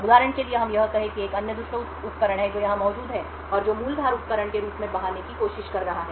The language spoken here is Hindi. अब उदाहरण के लिए हम यह कहें कि एक अन्य दुष्ट उपकरण है जो यहाँ मौजूद है और जो मूल धार उपकरण के रूप में बहाने की कोशिश कर रहा है